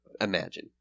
imagine